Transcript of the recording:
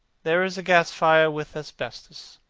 there is a gas-fire with asbestos.